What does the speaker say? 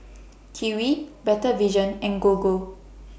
Kiwi Better Vision and Gogo